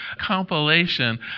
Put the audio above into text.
compilation